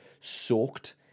soaked